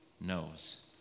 knows